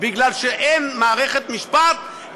בגלל שאין מערכת משפט,